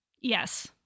Yes